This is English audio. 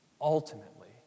ultimately